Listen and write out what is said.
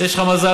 יש לך מזל,